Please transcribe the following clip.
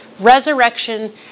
resurrection